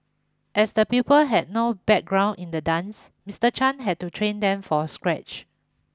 as the pupils had no background in the dance Mister Chan had to train them from scratch